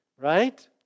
right